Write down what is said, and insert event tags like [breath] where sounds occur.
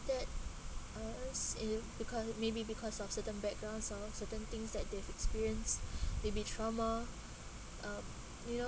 that or else if because maybe because of certain backgrounds or certain things that they've experienced [breath] may be trauma uh you know